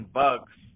bugs